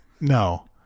No